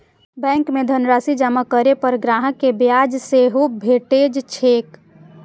bank मे धनराशि जमा करै पर ग्राहक कें ब्याज सेहो भेटैत छैक